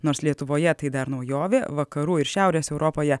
nors lietuvoje tai dar naujovė vakarų ir šiaurės europoje